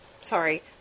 sorry